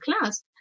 class